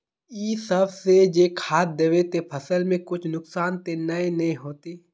इ सब जे खाद दबे ते फसल में कुछ नुकसान ते नय ने होते